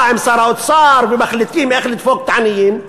עם שר האוצר ומחליטים איך לדפוק את העניים,